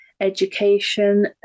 education